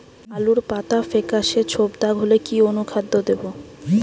আলুর পাতা ফেকাসে ছোপদাগ হলে কি অনুখাদ্য দেবো?